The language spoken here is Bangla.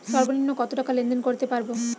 সর্বনিম্ন কত টাকা লেনদেন করতে পারবো?